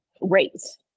rates